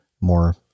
more